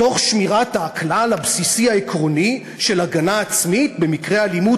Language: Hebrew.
תוך שמירת הכלל הבסיסי העקרוני של הגנה עצמית במקרי אלימות,